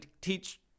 teach